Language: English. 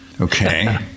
Okay